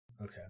Okay